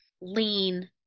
lean